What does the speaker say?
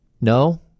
No